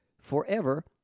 forever